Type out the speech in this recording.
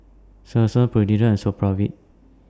Selsun Polident and Supravit